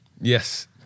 yes